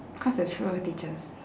because there's fewer teachers